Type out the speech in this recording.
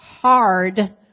hard